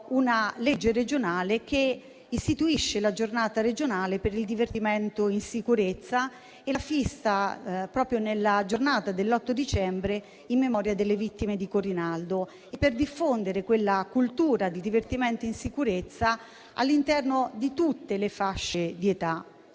una legge regionale che ha istituito la Giornata regionale per il divertimento in sicurezza, fissandola proprio nella data dell'8 dicembre, in memoria delle vittime di Corinaldo, per diffondere la cultura del divertimento in sicurezza all'interno di tutte le fasce di età.